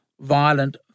violent